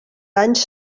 anys